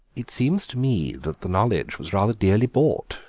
it seems to me that the knowledge was rather dearly bought,